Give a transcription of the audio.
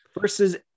versus